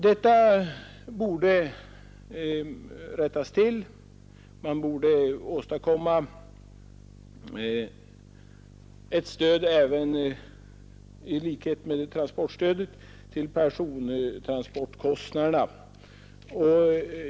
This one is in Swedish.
Detta borde kunna rättas till genom införandet av ett persontransportstöd liknande godstransportstödet.